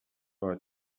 عالی